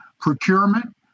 procurement